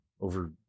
over